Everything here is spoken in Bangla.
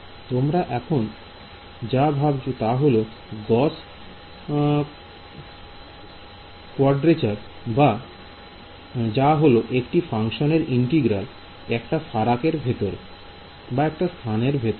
তোমরা এখন যা ভাবছো তা হল গস কুয়াড্রেজার যা হলো একটি ফাংশানের ইন্টিগ্রাল একটি ফারাক এর ভেতরে